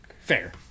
Fair